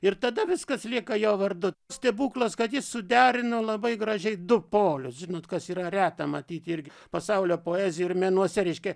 ir tada viskas lieka jo vardu stebuklas kad jis suderino labai gražiai du polius žinot kas yra reta matyt irgi pasaulio poezijoj ir menuose reiškia